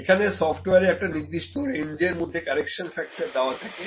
এখানে সফট্ওয়ারে একটা নির্দিষ্ট রেঞ্জের মধ্যে কারেকশন ফ্যাক্টর দেওয়া থাকে